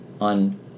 on